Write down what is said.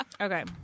Okay